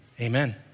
Amen